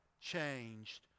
changed